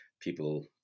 people